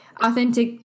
authentic